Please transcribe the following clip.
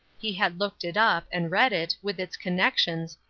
he had looked it up, and read it, with its connections,